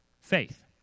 Faith